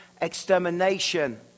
extermination